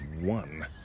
one